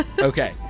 Okay